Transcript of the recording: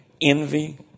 envy